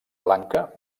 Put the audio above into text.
blanca